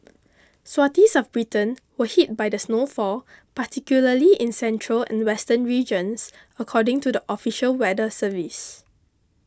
swathes of Britain were hit by the snowfall particularly in central and western regions according to the official weather service